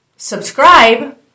Subscribe